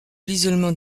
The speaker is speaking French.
l’isolement